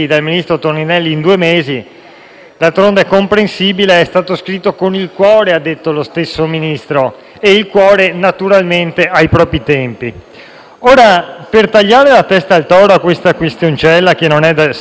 D'altronde, è comprensibile: è stato scritto con il cuore, come ha detto lo stesso Ministro, e il cuore, naturalmente, ha i propri tempi. Per tagliare la testa al toro e a questa "questioncella", che non è secondaria, visto che ha animato